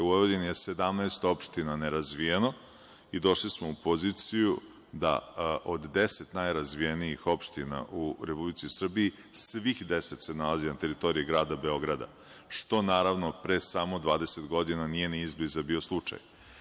U Vojvodini je 17 opština nerazvijeno i došli smo u poziciju da od deset najrazvijenijih opština u Republici Srbiji, svih deset se nalazi na teritoriji grada Beograda, što naravno, pre samo 20 godina nije ni izbliza bio slučaj.